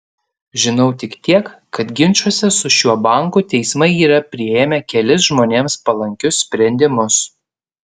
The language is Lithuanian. žinau tik tiek kad ginčuose su šiuo banku teismai yra priėmę kelis žmonėms palankius sprendimus